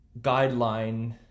guideline